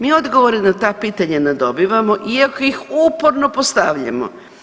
Mi odgovore na ta pitanja ne dobivamo iako ih uporno postavljamo.